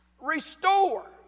Restore